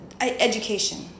education